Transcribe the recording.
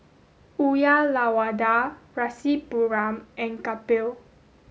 Uyyalawada Rasipuram and Kapil